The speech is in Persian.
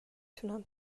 تونم